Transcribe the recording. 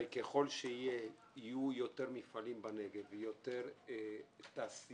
ככל שיהיו יותר מפעלים בנגב, תהיה יותר תעשייה